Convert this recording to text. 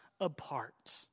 apart